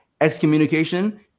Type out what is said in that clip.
excommunication